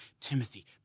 Timothy